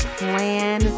plan